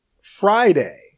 Friday